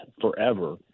forever